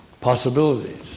possibilities